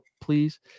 please